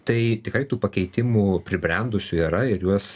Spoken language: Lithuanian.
tai tikrai tų pakeitimų pribrendusių yra ir juos